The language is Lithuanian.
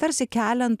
tarsi keliant